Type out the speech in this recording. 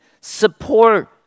support